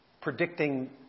predicting